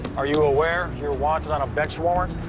are you aware you're wanted on a bench warrant?